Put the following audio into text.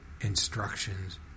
Instructions